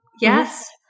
Yes